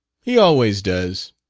he always does.